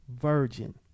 virgin